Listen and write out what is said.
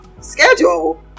schedule